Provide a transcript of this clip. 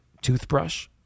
toothbrush